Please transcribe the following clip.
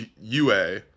UA